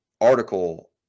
article